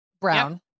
brown